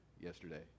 yesterday